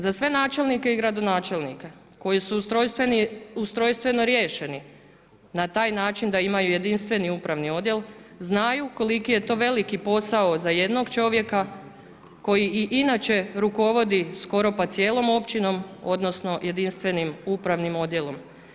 Za sve načelnike i gradonačelnike koji su ustrojstveno riješeni na taj način da imaju jedinstveni upravni odjel, znaju koliki je to veliki posao za jednog čovjeka koji i inače rukovodi skoro pa cijelom općinom odnosno jedinstvenim upravnim odjelom.